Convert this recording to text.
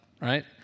right